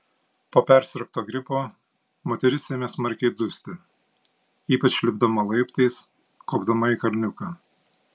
po persirgto gripo moteris ėmė smarkiai dusti ypač lipdama laiptais kopdama į kalniuką